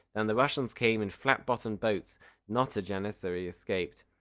than the russians came in flat-bottomed boats not a janissary escaped.